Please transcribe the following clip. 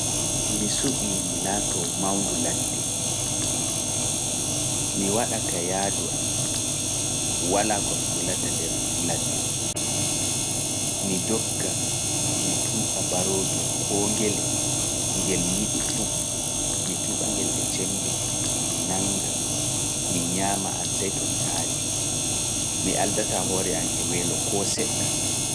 Mi suɓii mi laatoo mawndu ladde, mi waɗa ka yaadu am, walaa ko mi hulata nder ladde, mi dogga, mi tuuɓa baroogel koo ngele ngel mi yiɗi fuu, mi tuuɓa ngel e cembe, mi nannga, mi ñaama am sey to mi haari, mi aldata hoore am e weelo koo seɗɗa.